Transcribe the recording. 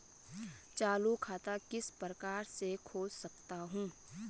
चालू खाता किस प्रकार से खोल सकता हूँ?